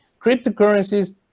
Cryptocurrencies